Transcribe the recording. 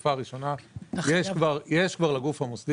החלופה הראשונה יש כבר לגוף המוסדי